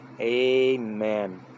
Amen